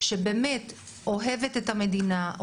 שבאמת אוהבת את המדינה,